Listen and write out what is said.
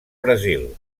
brasil